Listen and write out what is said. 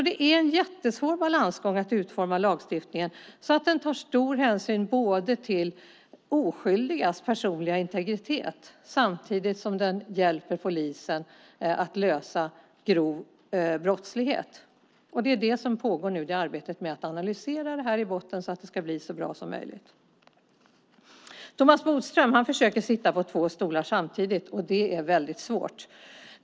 Det är en jättesvår balansgång att utforma lagstiftningen så att den tar stor hänsyn till oskyldigas personliga integritet samtidigt som den hjälper polisen att lösa grov brottslighet. Arbetet pågår nu med att analysera det i botten så att det ska bli så bra som möjligt. Thomas Bodström försöker sitta på två stolar samtidigt, och det är väldigt svårt.